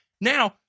now